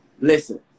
listen